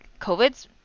covid's